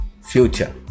future